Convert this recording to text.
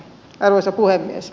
arvoisa puhemies